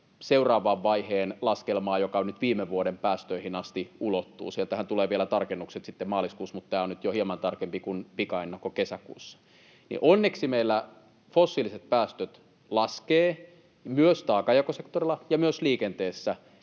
seuraavan vaiheen laskelmaa, joka nyt viime vuoden päästöihin asti ulottuu — sieltähän tulee vielä tarkennukset sitten maaliskuussa, mutta tämä on nyt jo hieman tarkempi kuin pikaennakko kesäkuussa — ja onneksi meillä fossiiliset päästöt laskevat, myös taakanjakosektorilla ja myös liikenteessä.